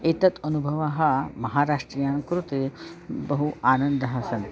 एतत् अनुभवः महाराष्ट्रीयाणां कृते बहु आनन्दः सन्ति